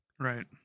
Right